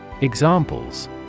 Examples